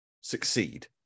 succeed